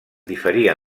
diferia